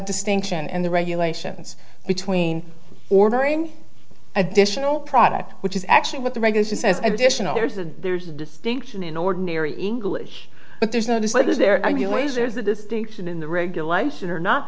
distinction and the regulations between ordering additional product which is actually what the regulations says additional there's a there's a distinction in ordinary english but there's no dislike is there i realize there's a distinction in the regulation or not